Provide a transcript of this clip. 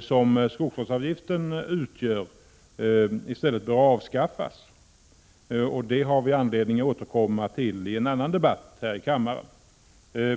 som skogsvårdsavgiften utgör i stället bör avskaffas. Det har vi anledning att återkomma till i en annan debatt här i kammaren.